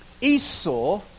Esau